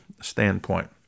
standpoint